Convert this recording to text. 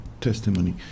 testimony